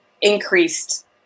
increased